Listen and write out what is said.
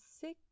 six